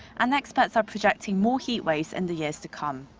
and experts are projecting more heatwaves in the years to come.